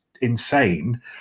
insane